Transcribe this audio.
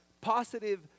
positive